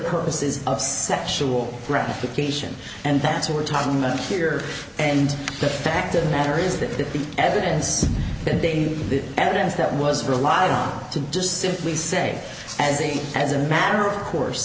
purposes of sexual gratification and that's what we're talking about here and the fact of the matter is that if the evidence and the evidence that was relied on to just simply say as a as a matter of course